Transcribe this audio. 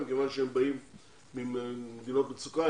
כי הם באים ממדינות מצוקה,